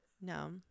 No